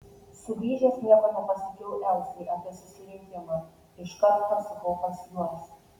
sugrįžęs nieko nepasakiau elzai apie susirinkimą iškart pasukau pas juos